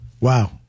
Wow